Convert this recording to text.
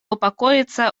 упокоится